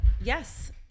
yes